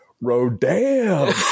Rodan